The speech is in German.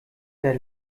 der